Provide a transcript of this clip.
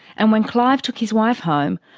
and when clive took his wife home,